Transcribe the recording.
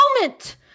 moment